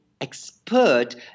expert